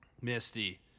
misty